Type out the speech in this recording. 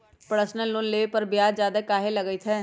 Personal loan लेबे पर ब्याज ज्यादा काहे लागईत है?